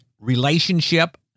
relationship